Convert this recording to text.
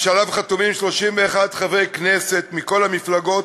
ועליו חתומים 31 חברי כנסת מכל המפלגות,